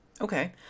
Okay